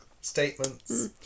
statements